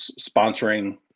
sponsoring